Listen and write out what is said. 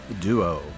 Duo